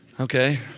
Okay